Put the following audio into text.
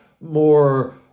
more